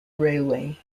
railway